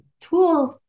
tools